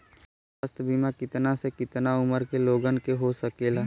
स्वास्थ्य बीमा कितना से कितना उमर के लोगन के हो सकेला?